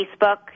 Facebook